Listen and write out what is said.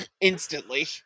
Instantly